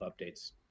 updates